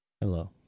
Hello